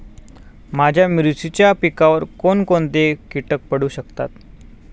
माझ्या मिरचीच्या पिकावर कोण कोणते कीटक पडू शकतात?